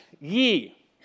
ye